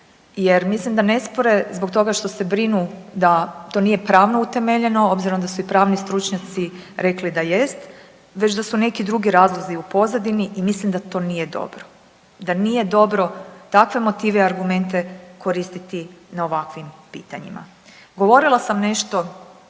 jer mislim da ne spore zbog toga što se brinu da to nije pravno utemeljeno obzirom da su i pravni stručnjaci rekli da jest već da su neki drugi razlozi u pozadini i mislim da to nije dobro, da nije dobro takve motive i argumente koristiti na ovakvim pitanjima. Govorila sam nešto